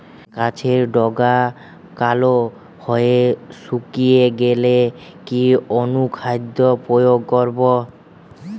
গাছের ডগা কালো হয়ে শুকিয়ে গেলে কি অনুখাদ্য প্রয়োগ করব?